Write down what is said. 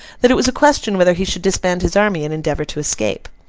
that it was a question whether he should disband his army and endeavour to escape.